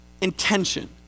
intention